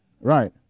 Right